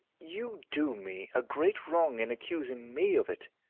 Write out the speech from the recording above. you do me a great wrong in accusing me of it.